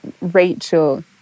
Rachel